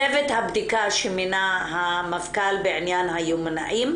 צוות הבדיקה שמינה המפכ"ל בעניין היומנאים,